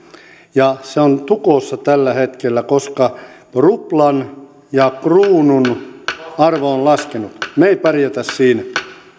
ja se on tukossa tällä hetkellä koska ruplan ja kruunun arvo on laskenut me emme pärjää siinä